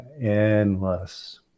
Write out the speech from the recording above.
endless